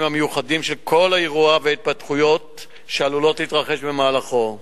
המיוחדים של כל האירוע וההתפתחויות שעלולות להתרחש במהלכו.